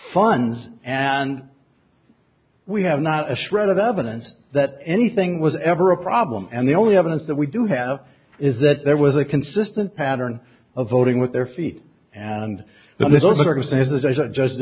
funds and we have not a shred of evidence that anything was ever a problem and the only evidence that we do have is that there was a consistent pattern of voting with their feet and th